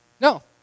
No